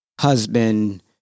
husband